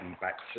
back